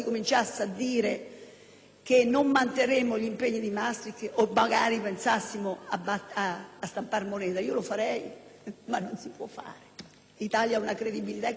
che non manterremo gli impegni di Maastricht o se magari pensassimo a stampar moneta (io lo farei, ma non si può fare in quanto l'Italia ha una credibilità e questo Governo anche).